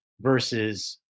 versus